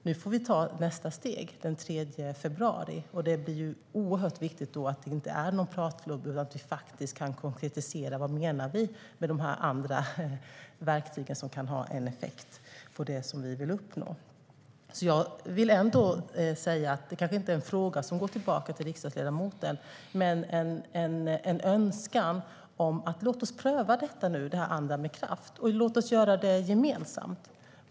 Nu får vi ta nästa steg den 3 februari, och då är det oerhört viktigt att det inte blir någon pratklubb utan att vi faktiskt kan konkretisera vad vi menar med andra verktyg som kan ha effekt på det vi vill uppnå. Jag vill ändå säga detta - det kanske inte är en fråga som går tillbaka till riksdagsledamoten, men det är en önskan: Låt oss nu pröva det här andra med kraft, och låt oss göra det gemensamt!